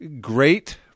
great